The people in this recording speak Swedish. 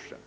sedan.